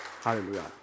Hallelujah